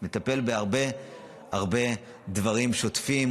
מטפל בהרבה הרבה דברים שוטפים